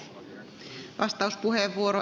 arvoisa puhemies